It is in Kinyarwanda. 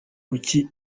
kuki